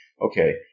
okay